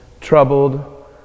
troubled